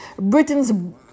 Britain's